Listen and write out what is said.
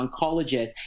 oncologist